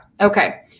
okay